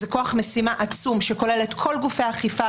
זה כוח משימה עצום שכולל את כל גופי האכיפה,